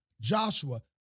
Joshua